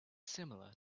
similar